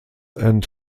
and